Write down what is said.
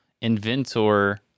inventor